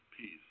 peace